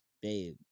babe